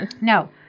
no